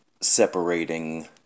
separating